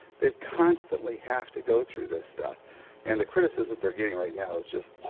they constantly have to go through this stuff and the criticism they are getting right now is just,